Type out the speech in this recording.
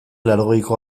laurogeiko